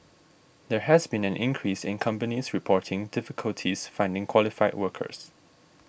there has been an increase in companies reporting difficulties finding qualified workers